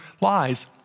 lies